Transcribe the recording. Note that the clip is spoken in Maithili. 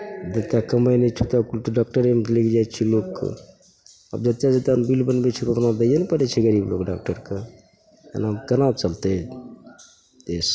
जतेक कमाइ नहि छै ओतेक कुल तऽ डॉक्टरेमे लागि जाइ छै लोककेँ आ जतेक जतेक बिल बनबै छै उतना दैए ने पड़ै छै गरीब लोक डॉक्टरके एना केना चलतै देश